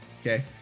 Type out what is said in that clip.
okay